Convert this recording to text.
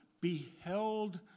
beheld